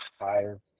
higher